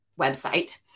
website